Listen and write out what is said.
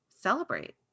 celebrate